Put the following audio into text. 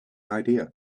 idea